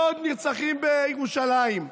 לא עוד נרצחים בירושלים.